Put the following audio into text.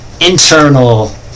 internal